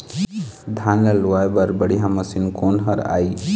धान ला लुआय बर बढ़िया मशीन कोन हर आइ?